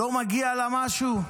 לא מגיע לה משהו?